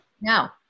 Now